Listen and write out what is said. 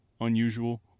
unusual